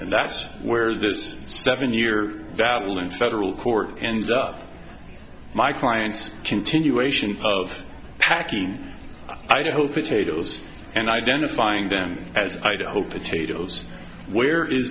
and that's where this seven year battle in federal court ends up my clients continuation of packing idaho potatoes and identifying them as idaho potatoes where is